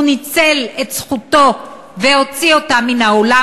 הוא ניצל את זכותו והוציא אותם מהאולם,